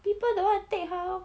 people don't want to take how